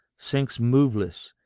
sinks moveless,